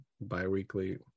bi-weekly